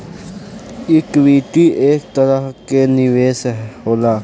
equity एक तरीका के निवेश होला